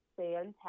fantastic